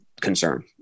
concern